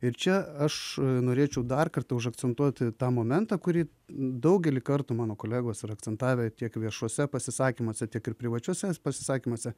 ir čia aš norėčiau dar kartą užakcentuoti tą momentą kurį daugelį kartų mano kolegos yra akcentavę tiek viešuose pasisakymuose tiek ir privačiuose pasisakymuose